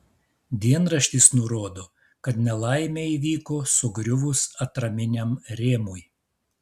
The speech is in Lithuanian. dienraštis nurodo kad nelaimė įvyko sugriuvus atraminiam rėmui